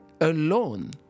Alone